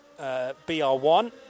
BR1